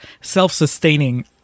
self-sustaining